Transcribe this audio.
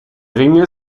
ringe